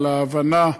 על ההבנה,